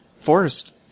forest